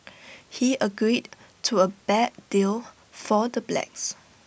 he agreed to A bad deal for the blacks